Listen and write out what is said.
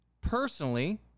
personally